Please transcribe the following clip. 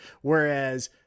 whereas